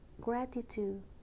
gratitude